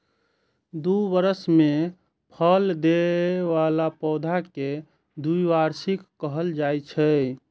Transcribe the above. दू बरस मे फल दै बला पौधा कें द्विवार्षिक कहल जाइ छै